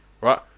right